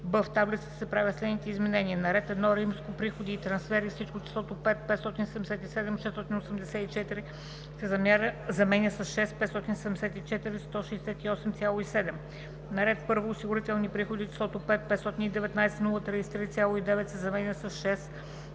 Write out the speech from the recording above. в таблицата се правят следните изменения: